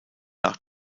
nach